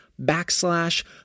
backslash